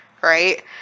right